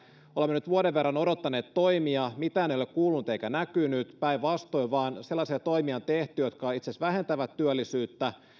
olemme nyt vuoden verran odottaneet näitä toimia mitään ei ole kuulunut eikä näkynyt päinvastoin vain sellaisia toimia on tehty jotka itse asiassa vähentävät työllisyyttä